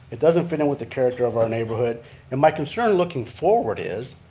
it doesn't fit in with the character of our neighborhood and my concern looking forward is,